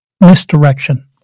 misdirection